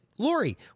Lori